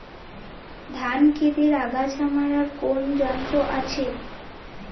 ধান ক্ষেতের আগাছা মারার কোন যন্ত্র আছে?